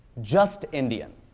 just indian.